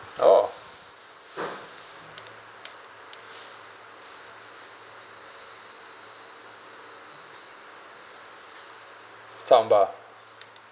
oh sambal